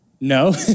No